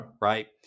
right